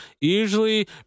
usually